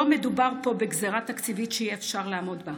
לא מדובר פה בגזרה תקציבית שאי-אפשר לעמוד בה,